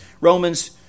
Romans